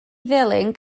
ddilyn